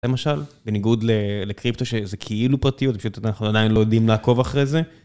למשל, בניגוד לקריפטו שזה כאילו פרטיות, פשוט אנחנו עדיין לא יודעים לעקוב אחרי זה.